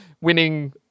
winning